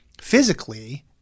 physically